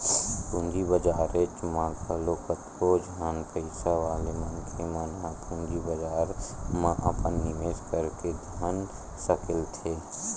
पूंजी बजारेच म घलो कतको झन पइसा वाले मनखे मन ह पूंजी बजार म अपन निवेस करके धन सकेलथे